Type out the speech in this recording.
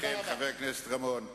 לכן, חבר הכנסת רמון,